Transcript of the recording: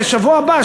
ובשבוע הבא,